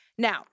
Now